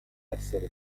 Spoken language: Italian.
essere